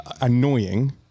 annoying